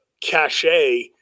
cachet